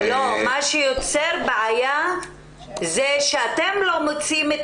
מה שיוצר את הבעיה זה שאתם לא מוצאים את